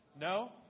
No